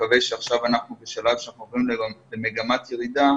ונקווה שאנחנו עכשיו בשלב שאנחנו הולכים למגמת ירידה.